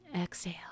Exhale